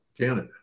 Canada